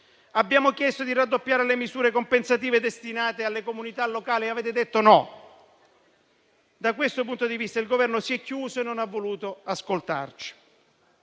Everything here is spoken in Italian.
Abbiamo chiesto di raddoppiare le misure compensative destinate alle comunità locali, ma avete detto no. Da questo punto di vista, il Governo si è chiuso e non ha voluto ascoltarci.